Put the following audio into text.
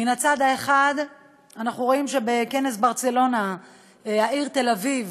מן הצד האחד אנחנו רואים שבכנס ברצלונה העיר תל-אביב